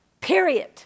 Period